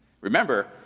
Remember